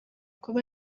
kuba